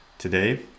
Today